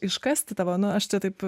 iškasti tavo nu aš čia taip